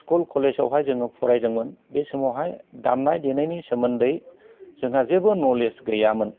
school कलेजआवहाय जोङो फरायदोंमोन बे समावहाय दामनाय देनायनि सोमोन्दै जोंहा जेबो नलेज गैयामोन